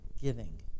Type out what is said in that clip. Giving